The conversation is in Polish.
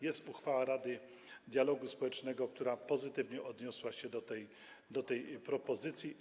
Jest uchwała Rady Dialogu Społecznego, która pozytywnie odniosła się do tej propozycji.